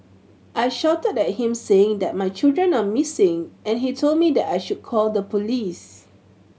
I shouted at him saying that my children are missing and he told me that I should call the police